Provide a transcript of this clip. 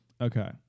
Okay